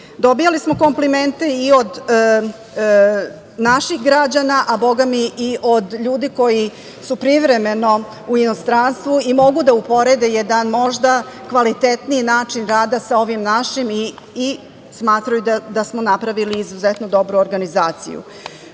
Dobijali smo komplimente i od naših građana, a bogami i od ljudi koji su privremeno u inostranstvu i mogu da uporede jedan možda kvalitetniji način rada sa ovim našim i smatraju da smo napravili izuzetno dobru organizaciju. Trenutno